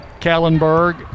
Kallenberg